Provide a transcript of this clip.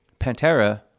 pantera